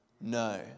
No